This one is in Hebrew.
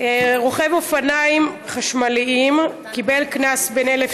רוכב אופניים חשמליים קיבל קנס בן 1,000